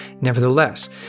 nevertheless